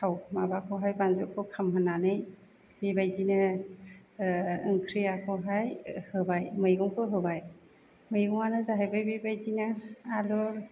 थाव माबाखौहाय बानलुखौ खामहोनानै बेबायदिनो ओंख्रिखौहाय होबाय मैगंखौ होबाय मैगंआनो जाहैबाय बेबायदिनो आलु